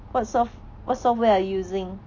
what soft what software are you using